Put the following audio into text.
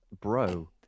Bro